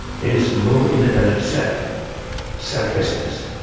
there's no independent self selflessness.